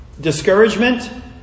discouragement